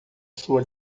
sua